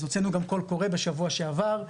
אז הוצאנו גם קול קורא בשבוע שעבר,